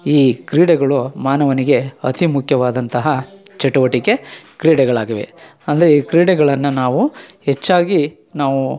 ಈ ಕ್ರೀಡೆಗಳು ಮಾನವನಿಗೆ ಅತಿ ಮುಖ್ಯವಾದಂತಹ ಚಟುವಟಿಕೆ ಕ್ರೀಡೆಗಳಾಗಿವೆ ಅಂದರೆ ಈ ಕ್ರೀಡೆಗಳನ್ನು ನಾವು ಹೆಚ್ಚಾಗಿ ನಾವು